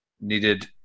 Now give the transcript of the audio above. needed